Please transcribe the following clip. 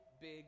big